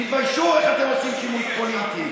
תתביישו, איך אתם עושים שימוש פוליטי.